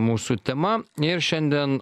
mūsų tema ir šiandien